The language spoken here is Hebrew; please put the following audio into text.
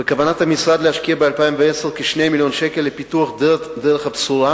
בכוונת המשרד להשקיע ב-2010 כ-2 מיליוני שקלים לפיתוח דרך הבשורה,